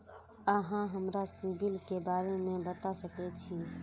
अहाँ हमरा सिबिल के बारे में बता सके छी?